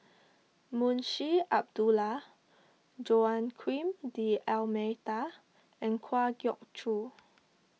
Munshi Abdullah Joaquim D'Almeida and Kwa Geok Choo